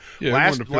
last